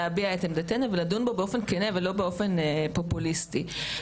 כן ולא באופן פופוליסטי.